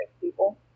people